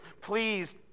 please